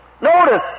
Notice